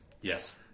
Yes